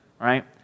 right